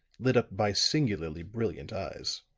lit up by singularly brilliant eyes.